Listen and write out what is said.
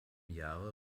jahre